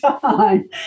time